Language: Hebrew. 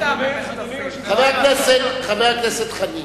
חבר הכנסת חנין,